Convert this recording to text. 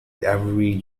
every